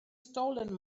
stolen